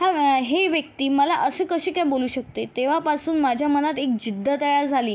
हां ही व्यक्ती मला असं कशी काय बोलू शकते तेव्हापासून माझ्या मनात एक जिद्द तयार झाली